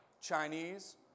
Chinese